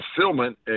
fulfillment